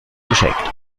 geschenkt